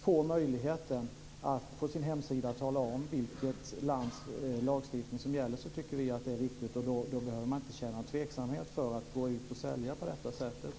få möjlighet att på sin hemsida tala om vilket lands lagstiftning som gäller. Då skulle man inte behöva känna tveksamhet inför att sälja på detta sätt.